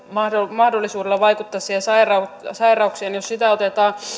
mahdollisuudella vaikutettaisiin sairauksiin sairauksiin jos sitä otetaan